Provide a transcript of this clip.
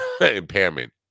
impairment